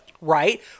Right